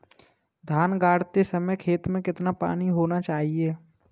धान गाड़ते समय खेत में कितना पानी होना चाहिए?